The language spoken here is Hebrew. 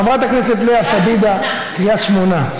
חברת הכנסת לאה פדידה, קריית שמונָה.